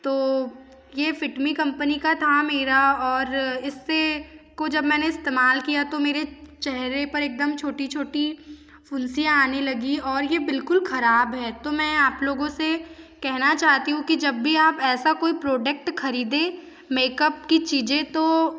तो ये fit me company का था मेरा और इससे को जब मैंने इस्तेमाल किया तो मेरे चेहरे पर एकदम छोटी छोटी फ़ुंसियाँ आने लगी और ये बिलकुल खराब है तो मैं आप लोगों से कहना चाहती हूँ कि जब भी आप ऐसा कोई प्रोडेक्ट खरीदें मेक अप की चीज़ें तो